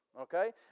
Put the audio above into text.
okay